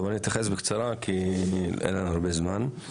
טוב, אני אתייחס בקצרה כי אין לנו הרבה זמן.